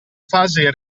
fase